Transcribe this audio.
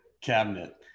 cabinet